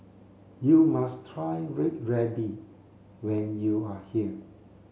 you must try red ruby when you are here